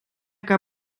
que